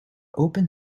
open